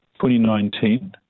2019